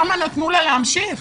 למה נתנו לה להמשיך?